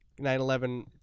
911